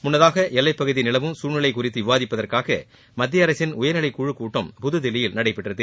முன்னதாக எல்லை பகுதியில் நிலவும் சூழ்நிலை குறித்து விவாதிப்பதற்காக மத்திய அரசின் உயர்நிலை குழு கூட்டம் புதுதில்லியில் நடைபெற்றது